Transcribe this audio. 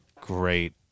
great